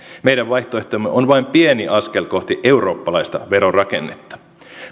meidän vaihtoehtomme on vain pieni askel kohti eurooppalaista verorakennetta